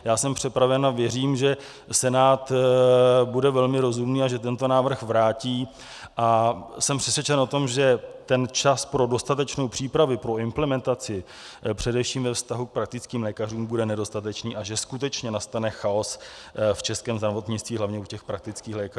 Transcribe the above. Já jsem připraven a věřím, že Senát bude velmi rozumný a že tento návrh vrátí, a jsem přesvědčen o tom, že čas pro dostatečnou přípravu, pro implementaci především ve vztahu k praktickým lékařům bude nedostatečný a že skutečně nastane chaos v českém zdravotnictví, hlavně u praktických lékařů.